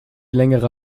längere